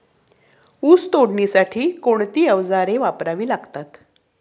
ऊस तोडणीसाठी कोणती अवजारे वापरावी लागतात?